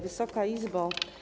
Wysoka Izbo!